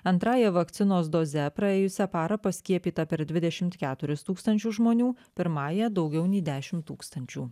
antrąja vakcinos doze praėjusią parą paskiepyta per dvidešimt keturis tūkstančius žmonių pirmąja daugiau nei dešim tūkstančių